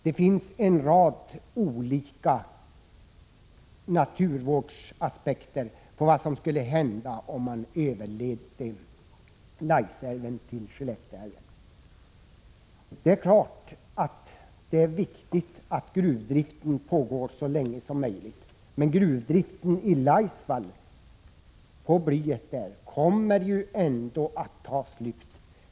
Det finns en rad olika naturvårdsaspekter när det gäller vad som skulle hända om man ledde över Laisälven till Skellefteälven. Det är klart att det är viktigt att gruvdriften kan pågå så länge som möjligt. Men när det gäller gruvdriften i Laisvall kommer ju blyet ändå att ta slut.